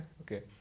Okay